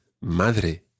Madre